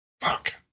Fuck